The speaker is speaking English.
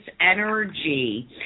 energy